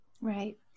Right